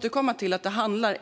riksdagen.